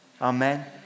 Amen